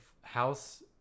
house